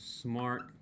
smart